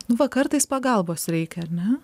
nu va kartais pagalbos reikia ar ne